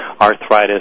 arthritis